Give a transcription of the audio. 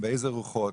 באיזה רוחות,